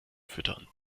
füttern